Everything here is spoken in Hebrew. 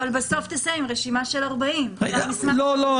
אבל בסוף תסיים עם רשימה של 40. לא, לא.